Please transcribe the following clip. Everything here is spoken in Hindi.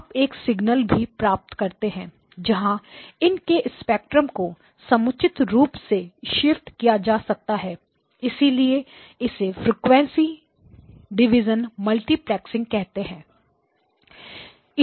आप एक सिग्नल भी प्राप्त करते हैं जहां इन के स्पेक्ट्रम को समुचित रूप से शिफ्ट किया जा सकता है इसलिए इसे फ्रीक्वेंसी डिवीज़न मल्टीप्लेक्सिंग कहते हैं